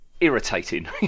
irritating